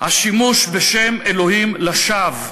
השימוש בשם אלוהים לשווא,